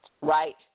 right